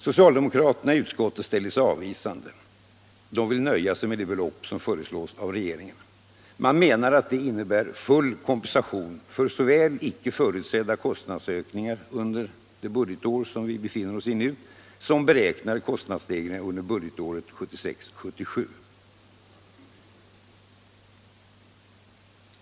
Socialdemokraterna i utskottet ställer sig avvisande. De vill nöja sig med det belopp som föreslås av regeringen. De anser att det innebär full kompensation för såväl icke förutsedda kostnadsökningar under innevarande budgetår som beräknade kostnadsstegringar under budgetåret 1976/77.